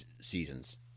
seasons